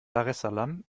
daressalam